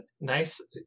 nice